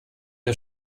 der